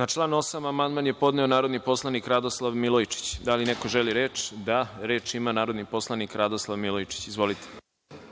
Na član 1. amandman je podneo narodni poslanik Radoslav Milojičić. Da li neko želi reč? (Da)Reč ima narodni poslanik Radoslav Milojičić. Izvolite.